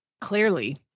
Clearly